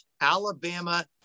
Alabama